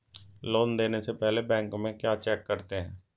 Loan देने से पहले बैंक में क्या चेक करते हैं?